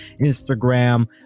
Instagram